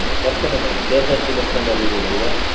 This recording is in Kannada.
ಹ್ಞೂ ಬರ್ತೇನೆ madam K S R T C bus stand ಅಲ್ಲಿ ಇದಿರಲ್ಲವಾ